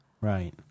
Right